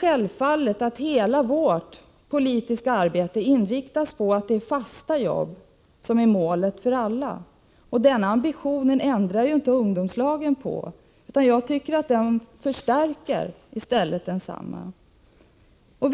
Självfallet är hela vårt politiska arbete inriktat på att fasta jobb skall vara målet för alla. Den ambitionen ändrar inte ungdomslagen på. Jag tycker att ungdomslagen i stället förstärker den.